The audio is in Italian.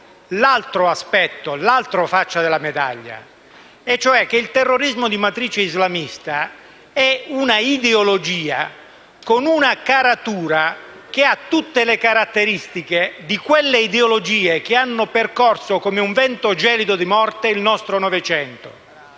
l'altro aspetto, l'altra faccia della medaglia, cioè che il terrorismo di matrice islamista è una ideologia con una caratura che ha tutte le caratteristiche di quelle ideologie che hanno percorso come un vento gelido di morte il nostro Novecento: